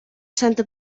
santa